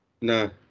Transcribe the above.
No